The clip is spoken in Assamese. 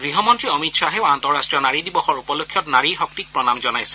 গৃহমন্ত্ৰী অমিত শ্বাহেও আন্তঃৰাষ্ট্ৰীয় নাৰী দিৱসৰ উপলক্ষত নাৰী শক্তিক প্ৰণাম জনাইছে